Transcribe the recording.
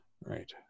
Right